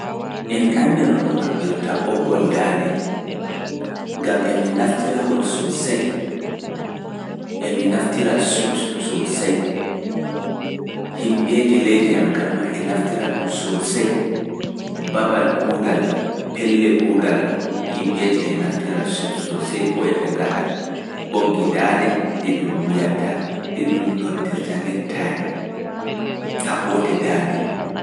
Emi anndi no ɗum haɓbirta ɓoggol daande, gam emi naftira ngol sosey, emi naftira suit sosey, yimɓeeji leydi am kam maa e naftira ɗum sosey, babal kuugal am, pelle kuugal am, yimɓeeji e naftira sut sosey boo eɓe ngaɗa ɓoggi daande ɗi ɗum wuyata, ɗi ɗum noddirta nektay haɓoode daande.